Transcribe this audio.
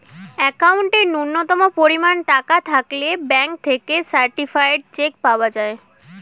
অ্যাকাউন্টে ন্যূনতম পরিমাণ টাকা থাকলে ব্যাঙ্ক থেকে সার্টিফায়েড চেক পাওয়া যায়